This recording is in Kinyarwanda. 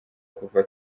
kuva